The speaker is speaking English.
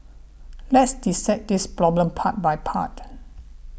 let's dissect this problem part by part